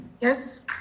Yes